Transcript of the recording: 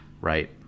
right